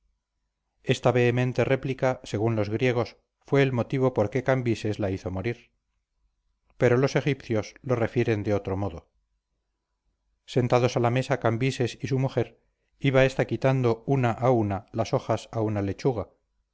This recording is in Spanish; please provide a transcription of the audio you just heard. esta vehemente réplica según los griegos fue el motivo por qué cambises la hizo morir pero los egipcios lo refieren de otro modo sentados a la mesa cambises y su mujer iba ésta quitando una a una las hojas a una lechuga